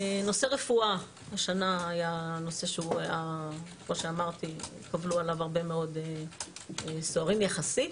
נושא רפואה השנה היה נושא שקבלו עליו הרבה מאוד סוהרים יחסית,